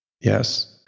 yes